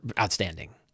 outstanding